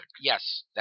Yes